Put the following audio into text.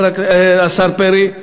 השר פרי,